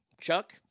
Chuck